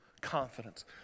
confidence